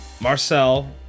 Marcel